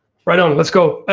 right on, let's go.